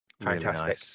fantastic